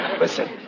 Listen